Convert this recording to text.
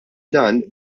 dan